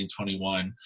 2021